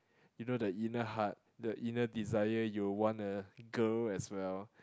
you know the inner heart the inner desire you will want a girl as well